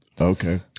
Okay